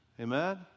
Amen